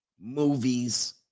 movies